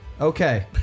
Okay